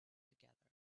together